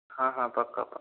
हाँ हाँ पक्का पक्का